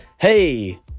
Hey